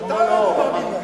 חבר הכנסת כץ.